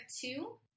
two